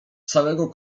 całego